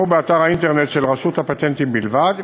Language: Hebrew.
באתר האינטרנט של רשות הפטנטים בלבד,